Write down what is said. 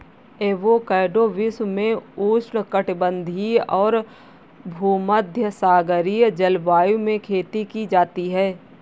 avocado विश्व में उष्णकटिबंधीय और भूमध्यसागरीय जलवायु में खेती की जाती है